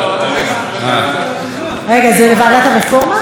רגע, זה לוועדת הרפורמה?